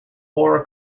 horror